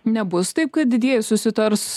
nebus taip kad didieji susitars